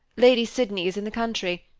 lady sydney is in the country,